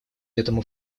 этому